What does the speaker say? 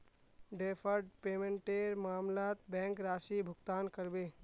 deferred पेमेंटेर मामलत bank राशि भुगतान करबे